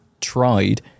Tried